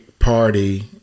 Party